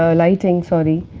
so lighting sorry.